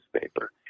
newspaper